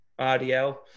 RDL